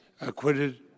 acquitted